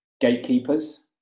gatekeepers